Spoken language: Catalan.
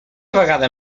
vegada